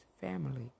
family